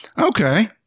Okay